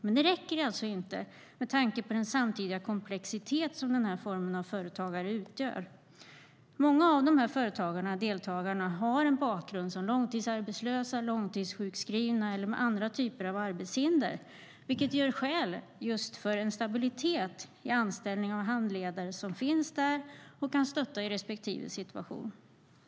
Men det räcker alltså inte med tanke på den samtidiga komplexitet som den här formen av företagande utgör. Många av de här företagarna, deltagarna, har en bakgrund som långtidsarbetslösa eller långtidssjukskrivna eller har andra typer av arbetshinder, vilket ger skäl just för en stabilitet när det gäller anställning av handledare som finns där och kan stötta i respektive situation.